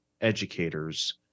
educators